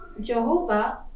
Jehovah